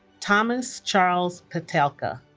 thomas charles petelka